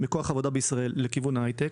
מכוח העבודה בישראל, לכיוון ההייטק.